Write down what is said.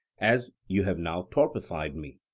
as you have now torpified me,